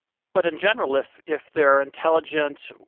but in general if if there are intelligent,